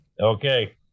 Okay